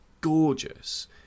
gorgeous